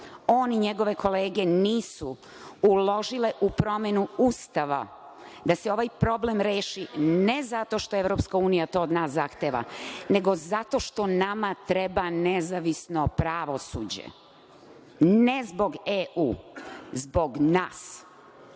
on i njegove kolege nisu uložile u promenu Ustava, da se ovaj problem reši, ne zato što EU od nas to zahteva, nego zato što nama treba nezavisno pravosuđe? Ne zbog EU, zbog nas